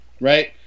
right